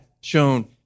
shown